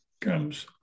comes